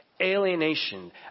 alienation